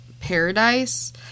paradise